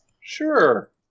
Sure